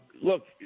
Look